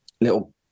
little